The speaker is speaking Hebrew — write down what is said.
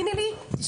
טוב.